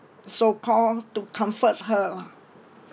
so-called to comfort her lah